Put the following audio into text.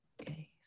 Okay